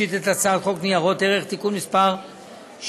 שלישית את הצעת חוק ניירות ערך (תיקון מס׳ 61),